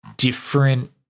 different